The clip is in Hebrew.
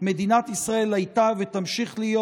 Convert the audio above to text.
מדינת ישראל הייתה, ותמשיך להיות,